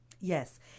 Yes